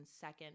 second